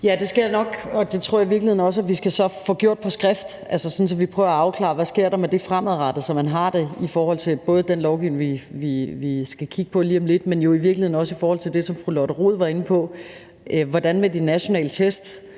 Det skal jeg nok, og det tror jeg i virkeligheden også at vi skal få gjort på skrift, altså sådan at vi prøver at afklare, hvad der sker med det fremadrettet, så man har det både i forhold til den lovgivning, vi skal kigge på lige om lidt, men jo i virkeligheden også i forhold til det, som fru Lotte Rod var inde på, altså de nationale test